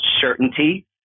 certainty